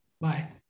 Bye